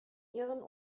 ihren